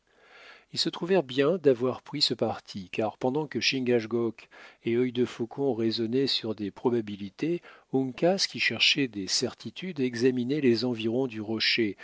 ils se trouvèrent bien d'avoir pris ce parti car pendant que chingachgook et œil de faucon raisonnaient sur des probabilités uncas qui cherchait des certitudes examinait les environs du rocher